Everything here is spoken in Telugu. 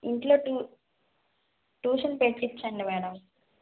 ఇంట్లో టు ట్యూషన్ పెట్టించండి మేడం